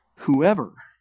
Whoever